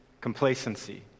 complacency